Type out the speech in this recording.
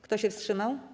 Kto się wstrzymał?